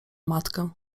matkę